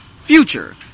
future